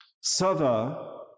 Sava